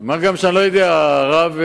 מה גם שאני לא יודע, הרב ליצמן,